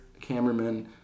cameraman